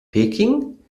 peking